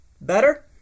Better